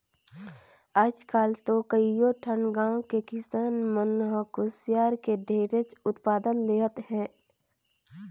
आयज काल तो कयो ठन गाँव के किसान मन ह कुसियार के ढेरेच उत्पादन लेहत हे